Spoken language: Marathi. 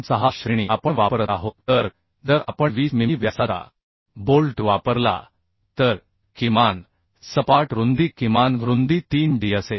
6 श्रेणी आपण वापरत आहोत तर जर आपण 20 मिमी व्यासाचा बोल्ट वापरला तर किमान सपाट रुंदी किमान रुंदी 3 डी असेल